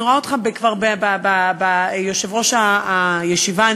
יושב-ראש הישיבה.